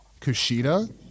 Kushida